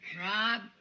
Rob